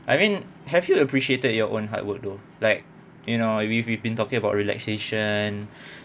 I mean have you appreciated your own hard work though like you know we've we've been talking about realization